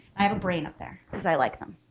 i have a brain up there because i like them.